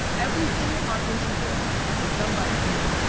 everything on instagram was done by a human.